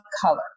color